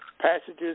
passages